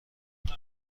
بود